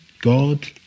God